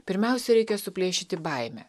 pirmiausia reikia suplėšyti baimę